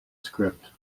script